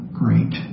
great